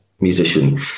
musician